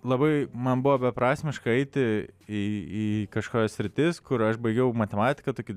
labai man buvo beprasmiška eiti į į kažkokias sritis kur aš baigiau matematiką tokį